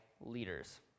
leaders